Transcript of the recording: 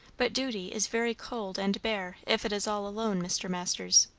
but duty is very cold and bare if it is all alone, mr. masters.